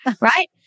right